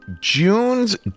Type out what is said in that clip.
June's